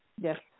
Yes